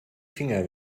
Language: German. finger